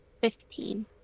Fifteen